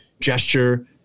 gesture